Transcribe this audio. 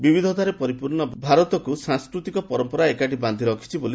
ବିବିଧତାରେ ପରିପୂର୍ଣ୍ଣ ଭାରତକୁ ସାଂସ୍କୃତିକ ପରମ୍ପରା ଏକାଠି ବାନ୍ଧି ରଖିଛି ବୋଲି କହିଛନ୍ତି